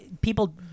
People